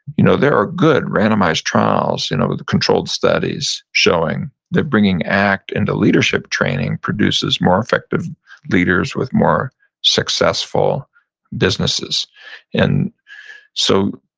you know there are good randomized trials you know with controlled studies showing that bringing act into leadership training produces more effective leaders with more successful businesses and so,